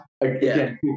again